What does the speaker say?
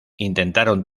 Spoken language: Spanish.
intentaron